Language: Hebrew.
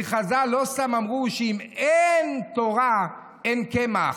כי חז"ל לא סתם אמרו שאם אין תורה אין קמח.